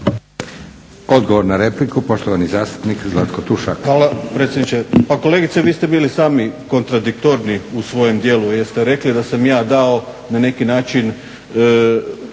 Zlatko (Hrvatski laburisti - Stranka rada)** Hvala predsjedniče. Pa kolegice vi ste bili sami kontradiktorni u svojem dijelu jer ste rekli da sam ja dao na neki način